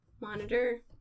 monitor